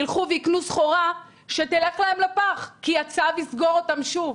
יילכו ויקנו סחורה שתלך להם לפח כי הצו יסגור אותם שוב.